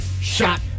shot